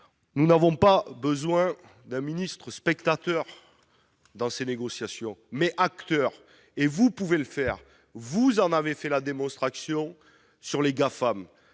nous avons besoin d'un ministre non pas spectateur dans ces négociations, mais acteur. Vous pouvez le faire, comme vous en avez fait la démonstration sur les GAFAM.